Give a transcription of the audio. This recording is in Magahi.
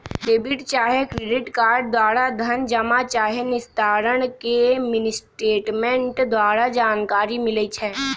डेबिट चाहे क्रेडिट कार्ड द्वारा धन जमा चाहे निस्तारण के मिनीस्टेटमेंट द्वारा जानकारी मिलइ छै